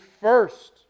first